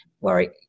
worry